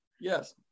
Yes